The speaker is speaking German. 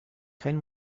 kein